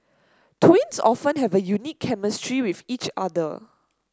twins often have a unique chemistry with each other